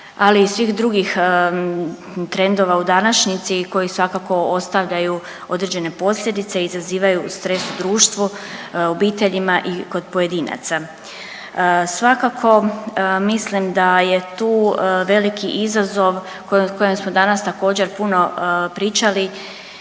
ali i svih drugih trendova u današnjici koji svakako ostavljaju određene posljedice, izazivaju stres u društvu, obiteljima i kod pojedinaca. Svakako mislim da je tu veliki izazov o kojem smo danas puno pričali